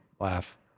laugh